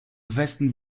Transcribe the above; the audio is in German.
westen